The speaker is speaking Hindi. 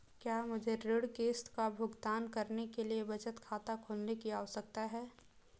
क्या मुझे ऋण किश्त का भुगतान करने के लिए बचत खाता खोलने की आवश्यकता है?